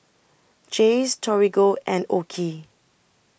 Jays Torigo and OKI